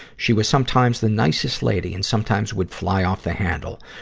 she was sometimes the nicest lady, and sometimes would fly off the handle.